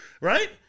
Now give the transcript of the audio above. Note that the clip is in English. Right